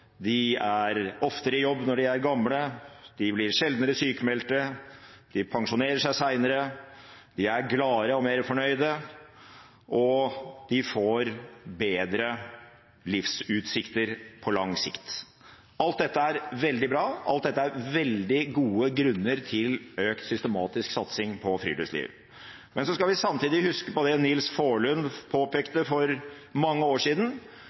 er oftere i jobb når de er gamle, de blir sjeldnere sykmeldt, de pensjonerer seg senere, de er gladere og mer fornøyde, og de får bedre livsutsikter på lang sikt. Alt dette er veldig bra, alt dette er veldig gode grunner til økt systematisk satsing på friluftsliv. Samtidig skal vi huske på det Nils Faarlund påpekte for mange år siden.